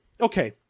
Okay